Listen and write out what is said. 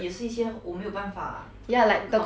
ya like the condition 我们 meet 不到 lah